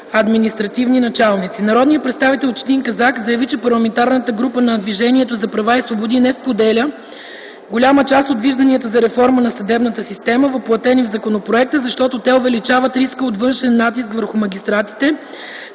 административни началници. Народният представител Четин Казак заяви, че парламентарната група на Движението за права и свободи не споделя голяма част от вижданията за реформа на съдебната система, въплътени в законопроекта, защото те увеличават риска от външен натиск върху магистратите.